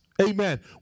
Amen